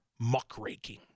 muckraking